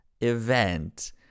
event